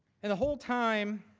and the whole time,